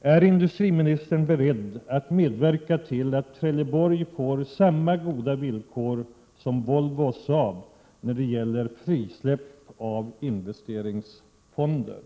Är industriministern beredd att medverka till att Trelleborg får samma goda villkor som Volvo och Saab när det gäller frisläpp av investeringsfonder?